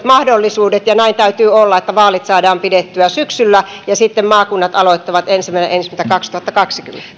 mahdollisuudet ja näin täytyy olla että vaalit saadaan pidettyä syksyllä ja sitten maakunnat aloittavat ensimmäinen ensimmäistä kaksituhattakaksikymmentä